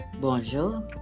bonjour